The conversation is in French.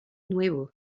nuevo